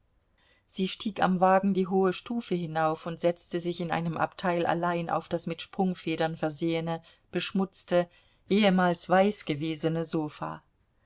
sie stieg am wagen die hohe stufe hinauf und setzte sich in einem abteil allein auf das mit sprungfedern versehene beschmutzte ehemals weiß gewesene sofa